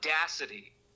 audacity